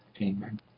Amen